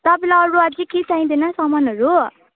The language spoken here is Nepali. तपाईँलाई अब के के चाहिँदैन सामानहरू